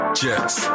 jets